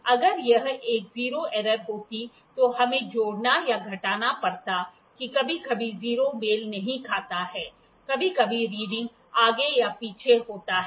अगर यह एक 0 एरर होती तो हमें जोड़ना या घटाना पड़ता कि कभी कभी 0 मेल नहीं खाता है कभी कभी रीडिंग आगे या पीछे होता है